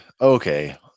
Okay